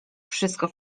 wszystko